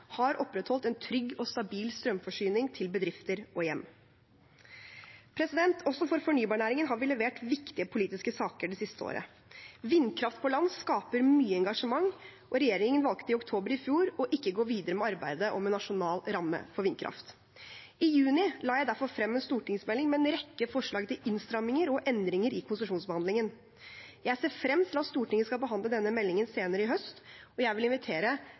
har opprettholdt en trygg og stabil strømforsyning til bedrifter og hjem. Også for fornybarnæringen har vi levert viktige politiske saker det siste året. Vindkraft på land skaper mye engasjement, og regjeringen valgte i oktober i fjor å ikke gå videre med arbeidet med en nasjonal ramme for vindkraft. I juni la jeg derfor frem en stortingsmelding med en rekke forslag til innstramminger og endringer i konsesjonsbehandlingen. Jeg ser frem til at Stortinget skal behandle denne meldingen senere i høst, og jeg vil invitere